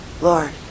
Lord